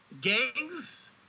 gangs